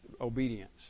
obedience